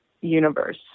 universe